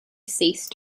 ceased